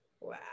Wow